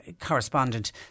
correspondent